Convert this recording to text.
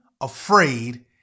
afraid